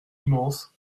immense